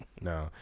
No